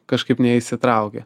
kažkaip neįsitraukia